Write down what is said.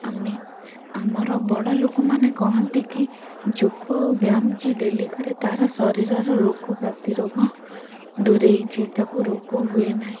ଆମେ ଆମର ବଡ଼ ଲୋକମାନେ କୁହନ୍ତିକି ଯୋଗ ଓ ବ୍ୟାୟାମ ଯିଏ ଡ଼େଲି କରେ ତା'ର ଶରୀରର ରୋଗ ପ୍ରତିରୋଧ ଦୂରେଇଛି ଟାକୁ ରୋଗ ହୁଏ ନାହିଁ